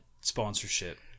sponsorship